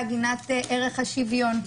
בעגינת ערך השוויון.